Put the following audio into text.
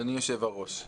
אדוני היושב-ראש,